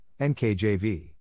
NKJV